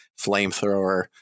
Flamethrower